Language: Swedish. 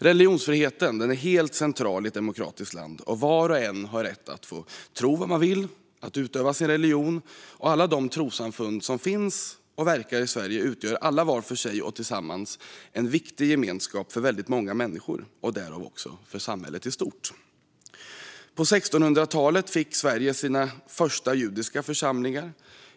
Religionsfriheten är helt central i ett demokratiskt land, och var och en har rätt att få tro vad man vill och utöva sin religion. Alla de trossamfund som finns och verkar i Sverige utgör var för sig och tillsammans en viktig gemenskap för väldigt många människor - och därmed också för samhället i stort. På 1600-talet fick Sverige sina första judiska församlingar.